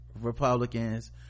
republicans